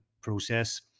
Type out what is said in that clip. process